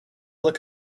look